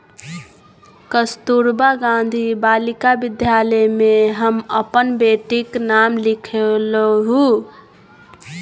कस्तूरबा गांधी बालिका विद्यालय मे हम अपन बेटीक नाम लिखेलहुँ